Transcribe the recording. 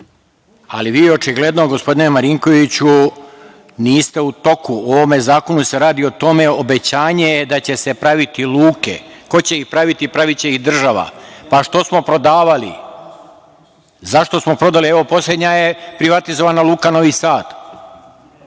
ali vi očigledno gospodine Marinkoviću niste u toku. U ovom zakonu se radi o tome da je obećanje da će se praviti luke. Ko će ih praviti? Pravi će ih država. Što smo prodavali? Poslednja je privatizovana luka Novi Sad.